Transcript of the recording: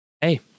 hey